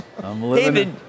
David